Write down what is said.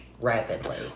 rapidly